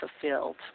fulfilled